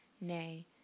Nay